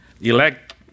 elect